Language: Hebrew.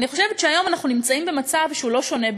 אני חושבת שהיום אנחנו נמצאים במצב שהוא לא שונה בהרבה.